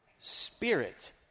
Spirit